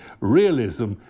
realism